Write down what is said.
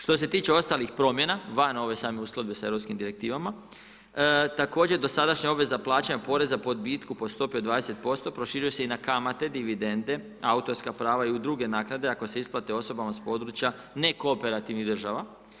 Što se tiče ostalih promjena, van ovih same usluge sa europskim direktivama, također, dosadašnja obveza plaćanja poreza po odbitku, po stopi od 20% proširuju se na kamate, dividende, autorska prava i udruge, naknade, ako se isplate osobama s područja nekooperativnih država.